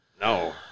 No